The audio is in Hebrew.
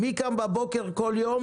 מי קם בבוקר כל יום,